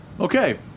Okay